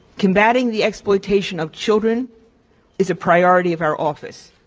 combating the exploitation of children is a priority of our office.